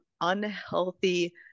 unhealthy